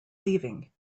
leaving